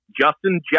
Justin